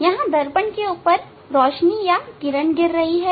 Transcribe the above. यहां दर्पण के ऊपर रोशनी या किरण गिर रही हैं